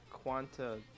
Quanta